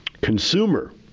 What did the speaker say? Consumer